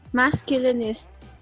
masculinists